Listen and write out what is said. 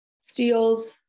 steals